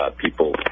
people